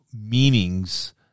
meanings